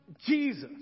Jesus